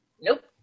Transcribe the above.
Nope